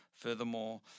Furthermore